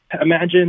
Imagine